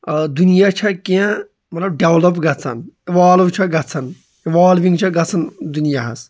دُنیا چھےٚ کیٚنٛہہ مطلب ڈیولپ گژھان اِوالو چھا گژھان اِوالوِنٛگ چھےٚ گژھان دُنیاہَس